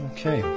Okay